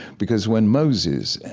because, when moses,